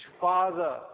father